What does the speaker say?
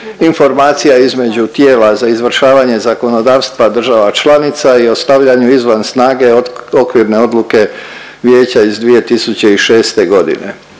informacija između tijela za izvršavanje zakonodavstva država članica i o stavljanju izvan snage okvirne odluke Vijeća iz 2006.g..